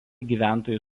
gyventojų